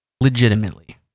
Legitimately